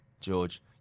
George